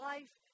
Life